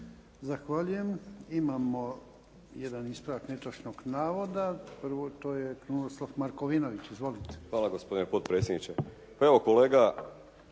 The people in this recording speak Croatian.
Zahvaljujem. Imamo jedan ispravak netočnog navoda. To je Krunoslav Markovinović. Izvolite. **Markovinović,